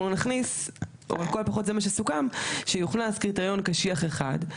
נכניס או לכל הפחות זה מה שסוכם שיוכנס קריטריון קשיח אחד.